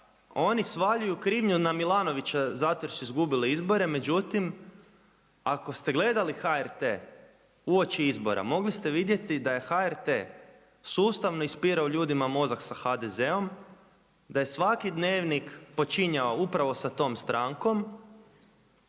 oni svaljuju krivnju na Milanovića zato jer su izgubili izbore, međutim ako ste gledali HRT uoči izbora, mogli ste vidjeti da HRT sustavno ispirao ljudima mozak sa HDZ-om, da je svaki Dnevnik počinjao upravo sa tom strankom,